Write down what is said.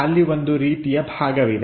ಅಲ್ಲಿ ಒಂದು ರೀತಿಯ ಭಾಗವಿದೆ